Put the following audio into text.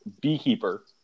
beekeeper